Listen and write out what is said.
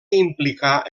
implicar